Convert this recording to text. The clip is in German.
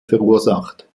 verursacht